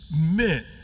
meant